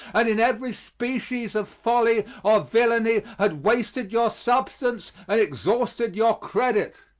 and in every species of folly or villainy had wasted your substance and exhausted your credit.